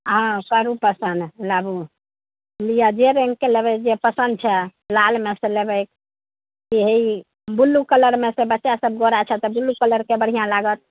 हाँ करू पसन्द लाबू लिअ जे रङ्गके लेबय जे पसन्द छै लालमे सँ लेबय कि हे ई ब्लू कलरमे सँ बच्चा सभ गोरा छऽ तऽ ब्लू कलरके बढ़िआँ लागत